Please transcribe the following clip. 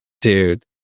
dude